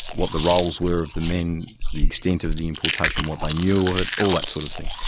what the roles were of the men, the extent of the importation, what they knew of it, all that sort of thing.